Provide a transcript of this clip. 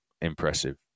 impressive